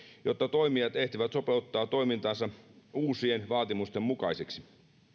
jotta toimijat ehtivät sopeuttaa toimintansa uusien vaatimusten mukaisiksi